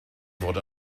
fod